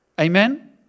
Amen